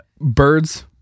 Birds